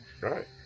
right